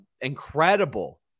incredible